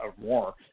more